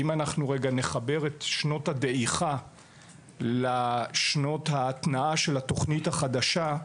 אם אנחנו נחבר את שנות הדעיכה לשנות ההתנעה של התוכנית החדשה,